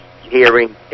hearing